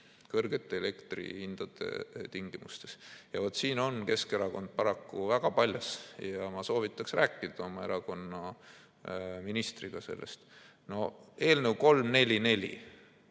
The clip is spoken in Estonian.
kõrgete hindade tingimustes. Ja vaat siin on Keskerakond paraku väga paljas ja ma soovitaks sellest rääkida oma erakonna ministriga. No eelnõu 344.